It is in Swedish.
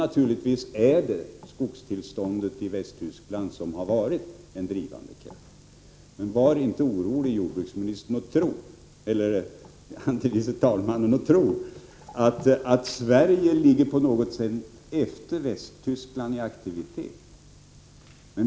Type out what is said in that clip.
Naturligtvis är det skogstillståndet i Västtyskland som har varit en drivande kraft. Var inte orolig, andre vice talman, för att Sverige på något sätt skulle ligga efter Västtyskland när det gäller aktivitet.